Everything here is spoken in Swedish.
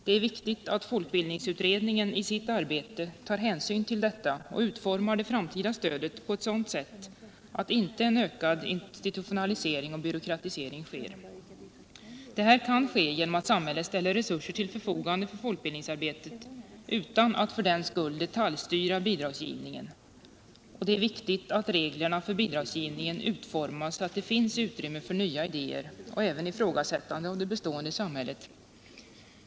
Det är viktigt att folkbildningsutredningen i sitt arbete tar hänsyn till och utformar det framtida stödet på ett sådant sätt att en ökad institutionalisering och byråkratisering hindras. Det kan ske genom att samhället ställer resurser till förfogande för folkbildningsarbetet utan att för den skull detaljstyra bidragsgivningen. Det är viktigt att reglerna för bidragsgivningen utformas så att det finns utrymme för nya idéer och även ifrågasättande av det bestående samhället.